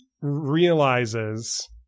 realizes